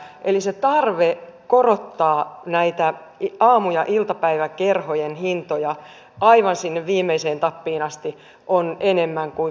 eli se tarve korottaa näitä aamu ja iltapäiväkerhojen hintoja aivan sinne viimeiseen tappiin asti on enemmän kuin valtava